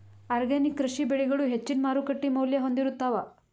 organic ಕೃಷಿ ಬೆಳಿಗಳು ಹೆಚ್ಚಿನ್ ಮಾರುಕಟ್ಟಿ ಮೌಲ್ಯ ಹೊಂದಿರುತ್ತಾವ